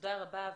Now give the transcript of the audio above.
תודה רבה.